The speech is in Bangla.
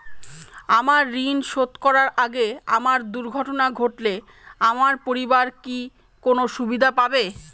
আমার ঋণ শোধ করার আগে আমার দুর্ঘটনা ঘটলে আমার পরিবার কি কোনো সুবিধে পাবে?